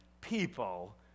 people